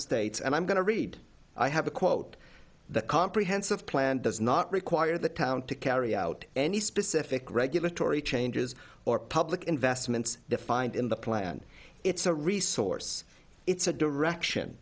states and i'm going to read i have a quote the comprehensive plan does not require the town to carry out any specific regulatory changes or public investments defined in the plan it's a resource it's a direction